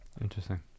Interesting